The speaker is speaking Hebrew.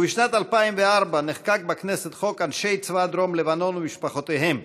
ובשנת 2004 נחקק בכנסת חוק אנשי צבא דרום לבנון ומשפחותיהם,